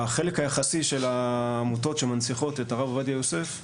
החלק היחסי של העמותות שמנציחות את הרב עובדיה יוסף,